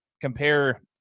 compare